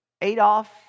Adolf